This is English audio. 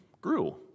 grew